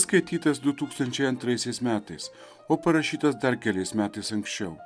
skaitytas du tūkstančiai antraisiais metais o parašytas dar keliais metais anksčiau